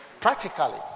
practically